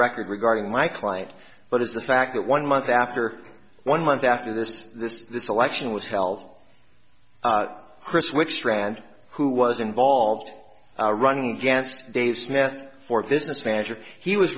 record regarding my client but is the fact that one month after one month after this this this election was held chris which strand who was involved running against dave smith for business manager he was